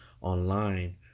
online